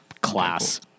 class